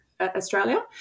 Australia